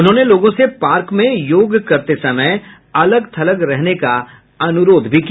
उन्होंने लोगों से पार्क में योग करते समय अलग थलग रहने का अनुरोध किया